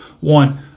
One